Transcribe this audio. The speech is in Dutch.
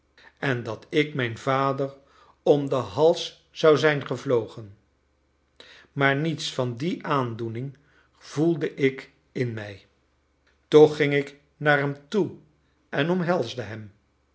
en dat ik mijn vader om den hals zou zijn gevlogen maar niets van die aandoening voelde ik in mij toch ging ik naar hem toe en omhelsde hem